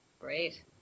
Great